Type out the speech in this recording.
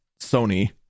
Sony